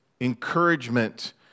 encouragement